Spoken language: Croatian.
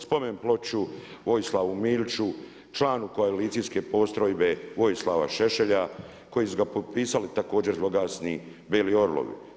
Spomen ploču Vojislavu Miliću, članu Koalicijske postrojbe Vojislava Šešelja koji su ga potpisali također zloglasni „Beli orlovi“